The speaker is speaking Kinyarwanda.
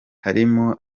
harimo